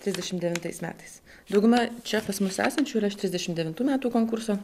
trisdešim devintais metais dauguma čia pas mus esančių yra iš trisdešim devintų metų konkurso